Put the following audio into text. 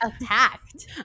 attacked